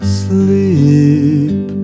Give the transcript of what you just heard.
sleep